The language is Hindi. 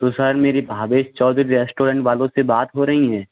तो सर मेरी भावेश चौधरी रेस्टोरेंट वालों से बात हो रही है